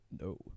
No